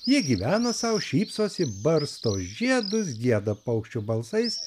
jie gyveno sau šypsosi barsto žiedus gieda paukščių balsais